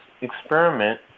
experiment